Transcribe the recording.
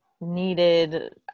needed